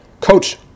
coach